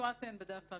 הסיטואציה היא בדרך כלל